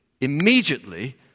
immediately